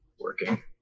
working